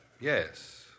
Yes